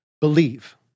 believe